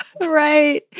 Right